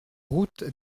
route